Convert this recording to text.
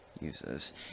uses